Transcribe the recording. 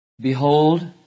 Behold